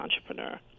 entrepreneur